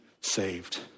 saved